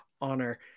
Honor